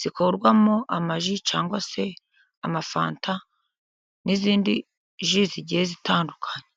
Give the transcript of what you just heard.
zikorwamo amaji cyangwa se amafanta n'izindi ji zigiye zitandukanye.